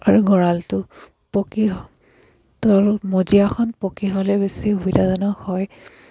আৰু গঁৰালটো পকী তল মজিয়াখন পকী হ'লে বেছি সুবিধাজনক হয়